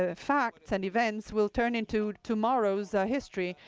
ah facts and events will turn into tomorrow's ah history.